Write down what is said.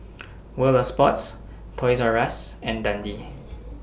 World of Sports Toys R US and Dundee